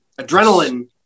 Adrenaline